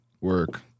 work